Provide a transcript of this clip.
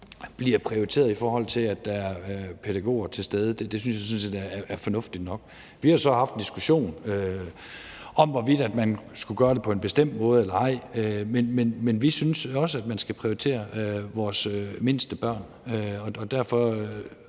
bliver prioriteret, i forhold til at der er pædagoger til stede, synes jeg sådan set er fornuftigt nok. Vi har så haft en diskussion om, hvorvidt man skulle gøre det på en bestemt måde eller ej, men vi synes også, at man skal prioritere vores mindste børn, og derfor